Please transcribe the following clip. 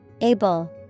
Able